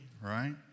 right